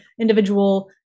individual